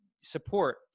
support